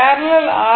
parallel R